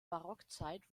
barockzeit